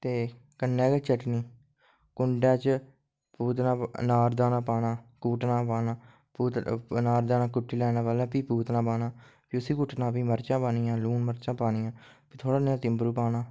ते कन्ने गै चटनी कुंड़ै च पुतना नार दाना पाना पुतना पाना आनार दाना कुट्टी लेना पैह्लें फही पुतना पाना फ्ही उस्सी कुटना फ्ही मर्चां पानिया लून मर्चां पानियां फ्ही थोह्ड़ा नेहा टिवरु पाना